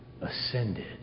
ascended